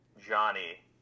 Johnny